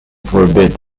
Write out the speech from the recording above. forbid